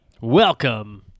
Welcome